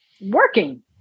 working